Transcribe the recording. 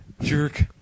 Jerk